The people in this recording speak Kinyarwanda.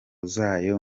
zayo